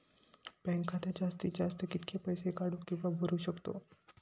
Bank खात्यात जास्तीत जास्त कितके पैसे काढू किव्हा भरू शकतो?